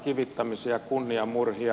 kivittämisiä kunniamurhia